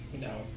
No